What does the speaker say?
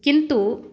किन्तु